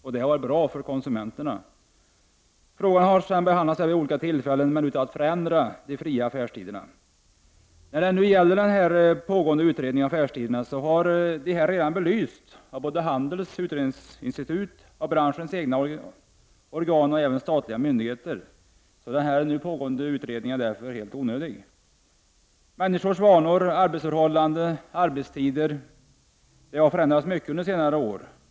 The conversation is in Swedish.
Detta har varit bra för konsumenterna. Frågan har sedan behandlats vid olika tillfällen, men utan att de fria affärstiderna har förändrats. När det gäller den nu pågående utredningen om affärstiderna har frågan redan belysts av Handelns utredningsinstitut, branschens egna organ och även statliga myndigheter. Den nu pågående utredningen är därför helt onödig. Människors vanor, arbetsförhållanden och arbetstider har förändrats mycket under senare år.